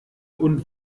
und